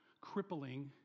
crippling